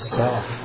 self